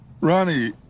Ronnie